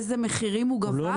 איזה מחירים הוא גבה.